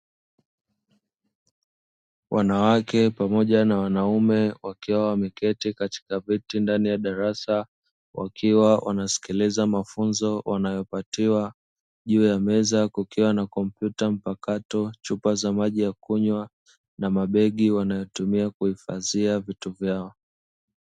Wanawake pamoja na wanaume wakiwa wameketi katika beti ndani ya darasa, wakiwa wanasikiliza mafunzo wanayopatiwa juu ya meza ya kukiwa na kompyuta mpakato na chupa za maji ya kunywa na mabegi wanayotumia kuhifadhia vitu vyao.